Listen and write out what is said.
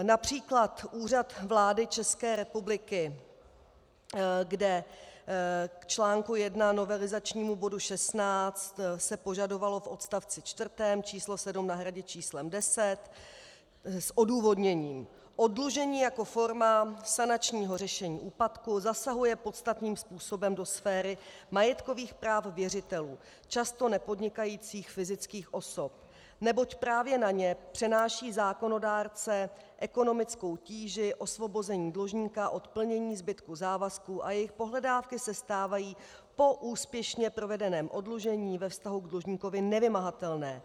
Například Úřad vlády ČR, kde v článku jedna novelizačního bodu 16 se požadovalo v odstavci čtvrtém číslo sedm nahradit číslem deset s odůvodněním: oddlužení jako forma sanačního řešení úpadku zasahuje podstatným způsobem do sféry majetkových práv věřitelů, často nepodnikajících fyzických osob, neboť právě na ně přenáší zákonodárce ekonomickou tíži osvobození dlužníka od plnění zbytku závazků a jejich pohledávky se stávají po úspěšně provedeném oddlužení ve vztahu k dlužníkovi nevymahatelné.